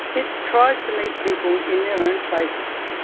it tries to meet people in their own places,